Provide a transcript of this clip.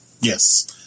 Yes